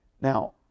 Now